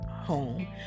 home